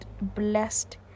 blessed